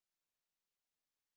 call them in wait ah